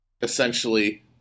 essentially –